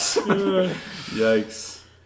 yikes